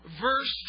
verse